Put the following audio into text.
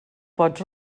pots